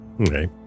Okay